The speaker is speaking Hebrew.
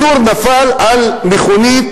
אני פעלתי,